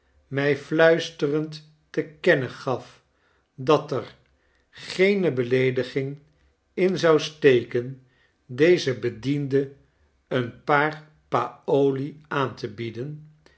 mij fluisterend te kennen gaf dat er geene beieediging in zou steken deze bediende een paar paoli x aan te bieden